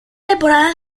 temporada